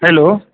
hello